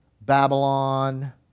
Babylon